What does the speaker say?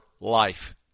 life